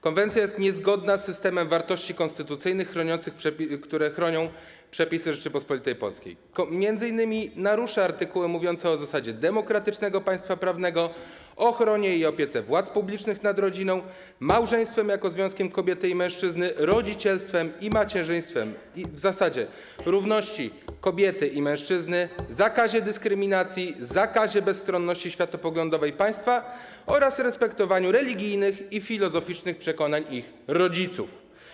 Konwencja jest niezgodna z systemem wartości konstytucyjnych, które są chronione przez przepisy Rzeczypospolitej Polskiej, m.in. narusza artykuły mówiące o zasadzie demokratycznego państwa prawnego, ochronie i opiece władz publicznych nad rodziną, małżeństwem jako związkiem kobiety i mężczyzny, rodzicielstwem i macierzyństwem, zasadzie równości kobiety i mężczyzny, zakazie dyskryminacji, zakazie bezstronności światopoglądowej państwa oraz respektowaniu religijnych i filozoficznych przekonań ich rodziców.